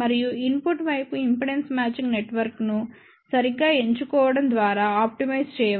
మరియు ఇన్పుట్ వైపు impedance matching నెట్వర్క్ను సరిగ్గా ఎంచుకోవడం ద్వారా ఆప్టిమైజ్ చేయవచ్చు